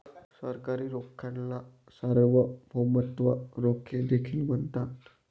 सरकारी रोख्यांना सार्वभौमत्व रोखे देखील म्हणतात